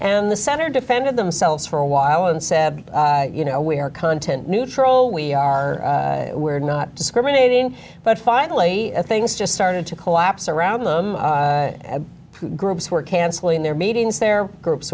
and the center defended themselves for a while and said you know we are content neutral we are we're not discriminating but finally things just started to collapse around them groups were canceling their meetings their groups